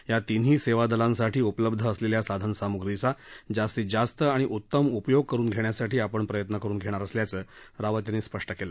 या तिन्ही सेवादलांसाठी उपलब्ध असलेल्या साधनसामुग्रीचा जास्तीत जास्त आणि उत्तम उपयोग करुन घेण्यासाठी आपण प्रयत्न करुन घेणार असल्याचं रावत यांनी सांगितलं